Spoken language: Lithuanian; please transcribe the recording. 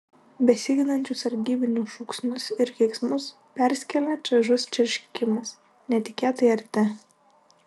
besiginančių sargybinių šūksnius ir keiksmus perskėlė čaižus čerškimas netikėtai arti